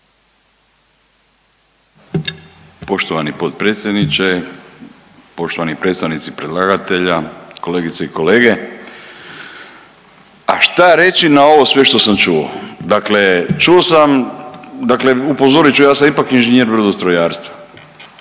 Poštovani potpredsjedniče, poštovani predstavnici predlagatelja, kolegice i kolege. A šta reći na ovo sve što sam čuo, dakle čuo sam, dakle upozorit ću ja sam ipak inženjer brodostrojarstva,